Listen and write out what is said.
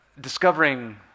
discovering